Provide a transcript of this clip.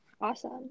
Awesome